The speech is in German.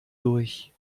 durch